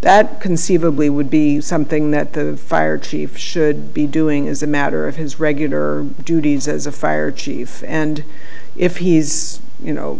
that conceivably would be something that the fire chief should be doing is a matter of his regular duties as a fire chief and if he's you know